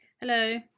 Hello